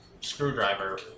screwdriver